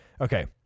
Okay